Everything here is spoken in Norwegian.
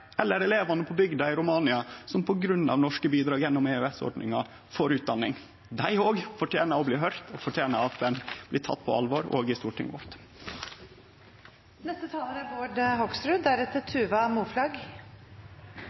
Eller elevane på bygda i Romania som får utdanning pga. norske bidrag gjennom EØS-ordninga – dei fortener vel å bli høyrde og tekne på alvor, òg i Stortinget? Jeg hørte representanten Moflag